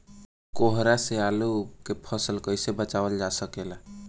कोहरा से आलू के फसल कईसे बचावल जा सकेला?